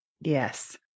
Yes